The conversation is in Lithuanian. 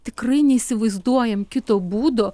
tikrai neįsivaizduojam kito būdo